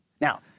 Now